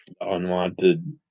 unwanted